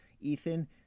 Ethan